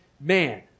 man